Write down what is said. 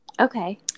Okay